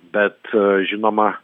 bet žinoma